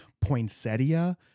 poinsettia